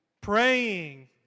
praying